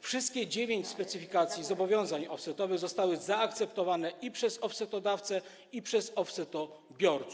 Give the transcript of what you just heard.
Wszystkie dziewięć specyfikacji zobowiązań offsetowych zostało zaakceptowane i przez offsetodawcę, i przez offsetobiorców.